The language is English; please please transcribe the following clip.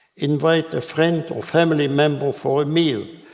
invite a friend or family member for a meal.